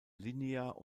linear